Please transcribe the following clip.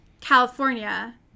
California